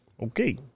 Okay